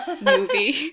movie